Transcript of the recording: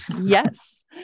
Yes